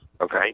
Okay